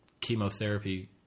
chemotherapy